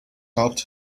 helped